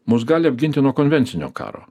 mus gali apginti nuo konvencinio karo